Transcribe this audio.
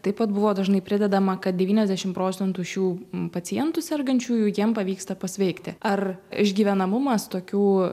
taip pat buvo dažnai pridedama kad devyniasdešimt procentų šių pacientų sergančiųjų jiems pavyksta pasveikti ar išgyvenamumas tokių